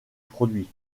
produits